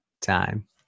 time